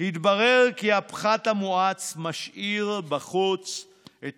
התברר כי הפחת המואץ משאיר בחוץ את